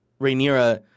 Rhaenyra